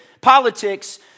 politics